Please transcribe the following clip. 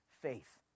faith